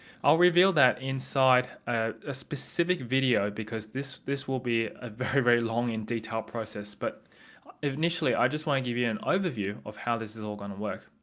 i'll reveal that inside a specific video because this this will be a very, very long and detailed process but initially i just want to give you an overview of how this is all going to work.